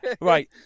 Right